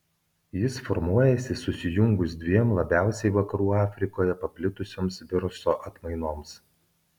jis formuojasi susijungus dviem labiausiai vakarų afrikoje paplitusioms viruso atmainoms